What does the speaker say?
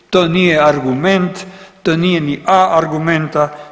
To nije argument, to nije ni „A“ argumenta.